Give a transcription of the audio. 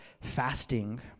fasting